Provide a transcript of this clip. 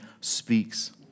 speaks